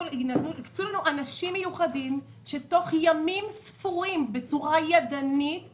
אנשים מיוחדים שתוך ימים ספורים העתיקו בצורה ידנית